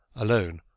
alone